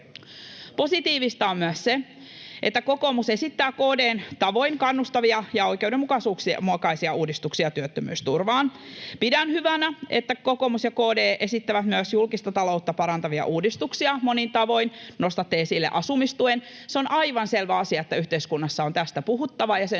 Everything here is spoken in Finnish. Positiivista on myös se, että kokoomus esittää KD:n tavoin kannustavia ja oikeudenmukaisia uudistuksia työttömyysturvaan. Pidän hyvänä, että kokoomus ja KD esittävät myös julkista taloutta parantavia uudistuksia monin tavoin. Nostatte esille asumistuen. On aivan selvä asia, että yhteiskunnassa on tästä puhuttava ja sen